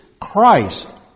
Christ